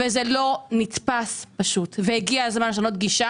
זה פשוט לא נתפס והגיע הזמן לשנות גישה